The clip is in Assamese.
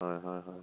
হয় হয় হয়